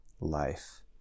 life